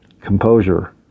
composure